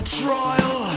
trial